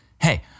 hey